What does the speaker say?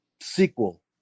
sequel